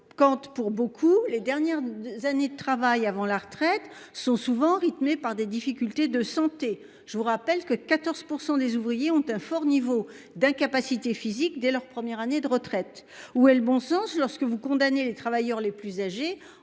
quand tu pour beaucoup les dernières années de travail avant la retraite sont souvent rythmé par des difficultés de santé. Je vous rappelle que 14% des ouvriers ont un fort niveau d'incapacité physique dès leurs premières années de retraite où elle bon sens lorsque vous condamnez les travailleurs les plus âgés